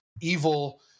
evil